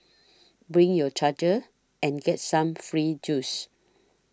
bring your charger and get some free juice